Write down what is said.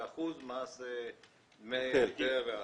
15% מס להסדר העסקה.